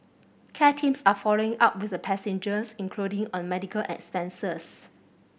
care teams are following up with the passengers including on medical expenses